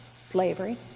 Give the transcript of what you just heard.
Slavery